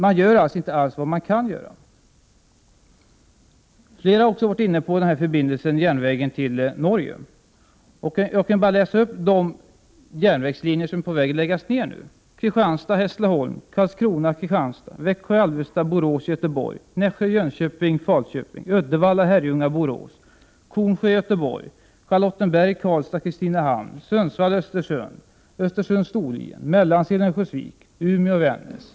Man gör alltså inte vad man kan göra. Flera har också talat om järnvägsförbindelser med Norge. Jag kan nämna de järnvägslinjer som man nu är på väg att lägga ned: Kristianstad Hässleholm, Karlskrona-Kristianstad, Växjö-Alvesta-Borås-Göteborg, Nässjö-Jönköping-Falköping, Uddevalla-Herrljunga-Borås, Kornsjö-Göteborg, Charlottenberg-Karlstad-Kristinehamn, Sundsvall-Östersund, Östersund-Storlien, Mellansel-Örnsköldsvik och Umeå-Vännäs.